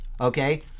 Okay